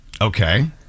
Okay